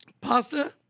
Pasta